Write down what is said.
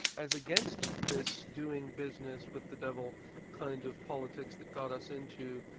as against this doing business with the devil kind of politics that got us into,